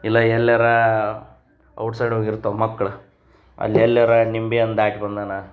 ಇಲ್ಲ ಎಲ್ಲಾರೂ ಔಟ್ಸೈಡ್ ಹೋಗಿರ್ತವೆ ಮಕ್ಳು ಅಲ್ಲಿ ಎಲ್ಲಾರೂ ನಿಂಬೆ ಹಣ್ ದಾಟಿ ಬಂದಾನೆ